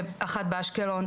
אחת באשקלון,